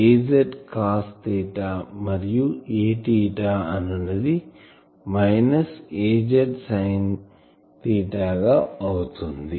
Az cos మరియు Aθ అనునది minus Az sine గా అవుతుంది